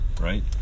right